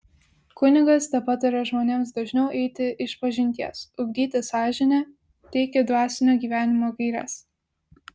kunigas tepataria žmonėms dažniau eiti išpažinties ugdyti sąžinę teikia dvasinio gyvenimo gaires